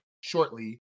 shortly